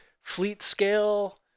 fleet-scale